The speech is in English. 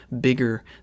bigger